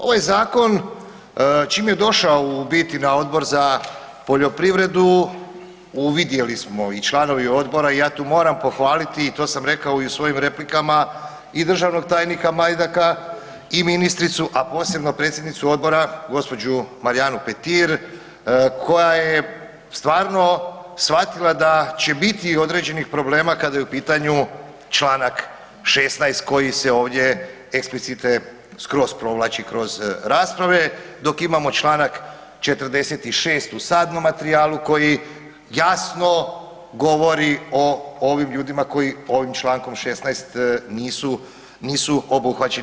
Ovaj zakon, čim je došao u biti na Odbor za poljoprivredu uvidjeli smo i članovi Odbora i ja tu moramo pohvaliti i to sam rekao u svojim replikama i državnog tajnika Majdaka i ministricu, a posebno predsjednicu Odbora gđu. Marijanu Petir koja je stvarno shvatila da će biti određenih problema kada je u pitanju čl. 16 koji se ovdje explicite skroz provlači kroz rasprave, dok imamo čl. 46 o sadnom materijalu koji jasno govori o ovim ljudima koji ovim čl. 16 nisu obuhvaćeni.